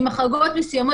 עם החרגות מסוימות.